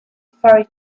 ferry